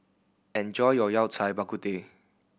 enjoy your Yao Cai Bak Kut Teh